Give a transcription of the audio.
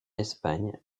espagne